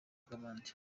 bw’abandi